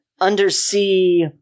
undersea